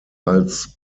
als